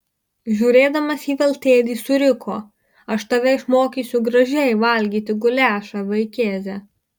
žiūrėdamas į veltėdį suriko aš tave išmokysiu gražiai valgyti guliašą vaikėze